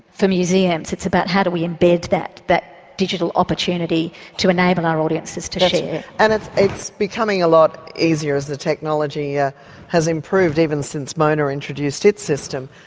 for museums it's about how do we embed that that digital opportunity to enable our audiences to share. and it's becoming a lot easier as the technology ah has improved, even since mona introduced its system,